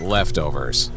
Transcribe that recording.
Leftovers